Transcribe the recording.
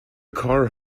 car